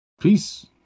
Peace